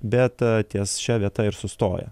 bet ties šia vieta ir sustoja